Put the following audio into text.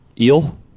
eel